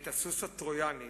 הסוס הטרויאני